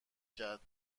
کردم